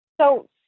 So-